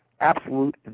absolute